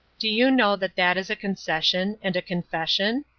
do you know that that is a concession and a confession?